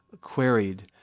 queried